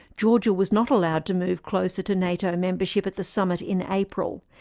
georgia was not allowed to move closer to nato membership at the summit in april,